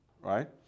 Right